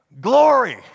Glory